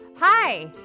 Hi